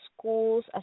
schools